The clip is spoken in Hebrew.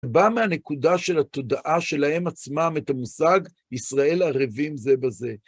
בא מהנקודה של התודעה שלהם עצמם את המושג ישראל ערבים זה בזה.